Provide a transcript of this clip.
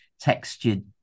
textured